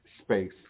space